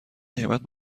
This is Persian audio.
قیمت